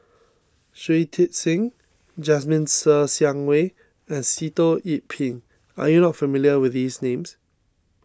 Shui Tit Sing Jasmine Ser Xiang Wei and Sitoh Yih Pin are you not familiar with these names